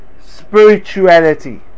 Spirituality